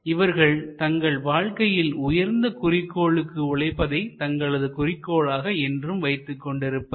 இவர்கள் தங்கள் வாழ்க்கையில் உயர்ந்த குறிக்கோளுக்கு உழைப்பதை தங்களது குறிக்கோளாக என்று வைத்துக் கொண்டிருப்பர்